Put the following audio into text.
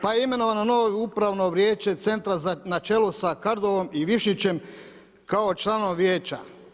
Pa je imenovana novo upravno vijeće centra na čelu sa … i Višnjićem kao članova vijeća.